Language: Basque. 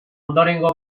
ondorengo